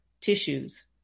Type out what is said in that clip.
tissues